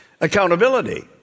accountability